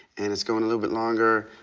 and it's going a little bit longer,